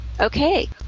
Okay